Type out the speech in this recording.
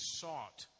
sought